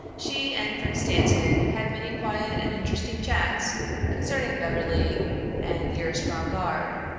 she and prince dantan had many quiet and interesting chats concerning beverly and the erstwhile guard.